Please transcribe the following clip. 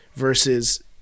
versus